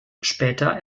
später